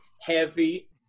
heavy